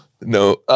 No